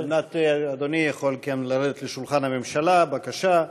אדוני יכול לרדת לשולחן הממשלה, בבקשה.